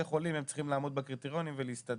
החולים שצריכים לעמוד בקריטריונים ולהסתדר.